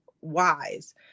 wise